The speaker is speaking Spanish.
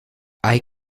hay